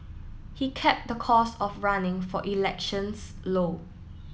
he kept the cost of running for elections low